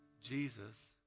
Jesus